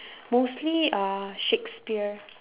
mostly uh shakespeare